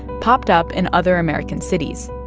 popped up in other american cities.